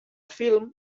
film